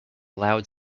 loud